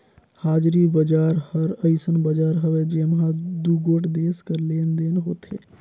हाजरी बजार हर अइसन बजार हवे जेम्हां दुगोट देस कर लेन देन होथे